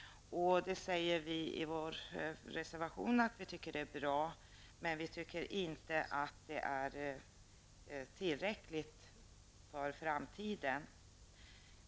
Vi säger i vår reservation att vi tycker att det är bra men att det inte är tillräckligt för framtiden.